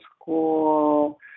school